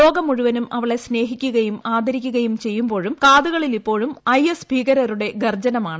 ലോകം മുഴുവൻ അവിളെ സ്നേഹിക്കുകയും ആദരിക്കുകയും ചെയ്യുമ്പോഴും കാതുകളിൽ ഇപ്പോഴും ഐസിസ് ഭീകരരുടെ ഗർജ്ജനമാണ്